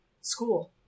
school